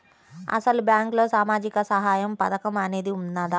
అసలు బ్యాంక్లో సామాజిక సహాయం పథకం అనేది వున్నదా?